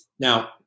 Now